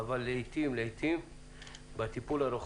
אבל לעתים בטיפול רוחבי יש